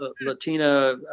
Latina